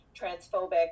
transphobic